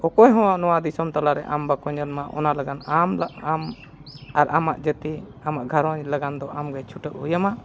ᱚᱠᱚᱭ ᱦᱚᱸ ᱱᱚᱣᱟ ᱫᱤᱥᱚᱢ ᱛᱟᱞᱟᱨᱮ ᱟᱢ ᱵᱟᱠᱚ ᱧᱮᱞ ᱢᱮᱭᱟ ᱚᱱᱟ ᱞᱟᱹᱜᱤᱫ ᱟᱢ ᱟᱨ ᱟᱢᱟᱜ ᱡᱟᱹᱛᱤ ᱟᱨ ᱟᱢᱟᱜ ᱜᱷᱟᱨᱚᱸᱡᱽ ᱞᱟᱹᱜᱤᱫ ᱫᱚ ᱟᱢᱜᱮ ᱪᱷᱩᱴᱟᱹᱣ ᱦᱩᱭᱟᱢᱟ